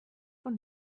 und